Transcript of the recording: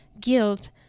guilt